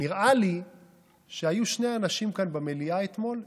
נראה לי שהיו שני אנשים כאן במליאה אתמול,